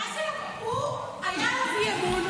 אפילו לא טרח לבוא ולשמוע את האי-אמון.